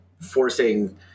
forcing